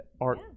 Art